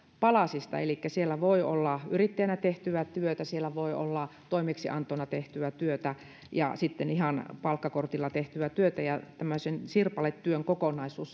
palasista elikkä siellä voi olla yrittäjänä tehtyä työtä siellä voi olla toimeksiantona tehtyä työtä ja sitten ihan palkkakortilla tehtyä työtä tämä sirpaletyön kokonaisuus